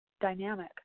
dynamic